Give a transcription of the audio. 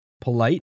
polite